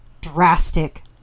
drastic